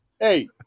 hey